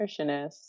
nutritionist